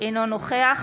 אינו נוכח